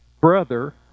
brother